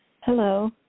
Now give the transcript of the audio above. Hello